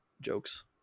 jokes